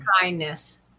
kindness